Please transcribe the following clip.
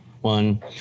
one